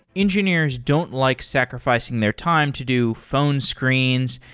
engineers don't like sacrifi cing their time to do phone screens,